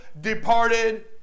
departed